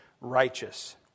righteous